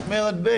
משמרת ב'.